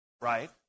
right